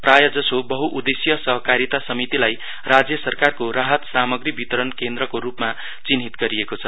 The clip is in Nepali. प्रायः जसो बह्न उदेश्यीय सहकारीता समितिलाई राज्य सरकारको राहत सामग्री वितरण केन्द्रको रूपमा चिन्हित गरिएको छ